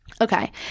Okay